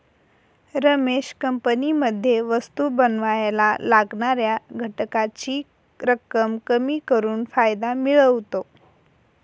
रमेश कंपनीमध्ये वस्तु बनावायला लागणाऱ्या घटकांची रक्कम कमी करून फायदा मिळवतो